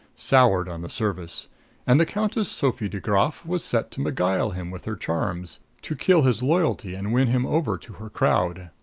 soured on the service and the countess sophie de graf was set to beguile him with her charms, to kill his loyalty and win him over to her crowd.